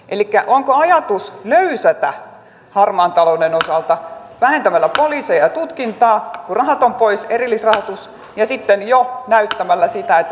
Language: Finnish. elikkä onko ajatus löysätä harmaan talouden osalta vähentämällä poliiseja ja tutkintaa kun erillisrahoitus on pois ja sitten jo näyttämällä sitä että tuottoa ei odoteta